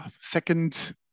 second